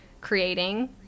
creating